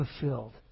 fulfilled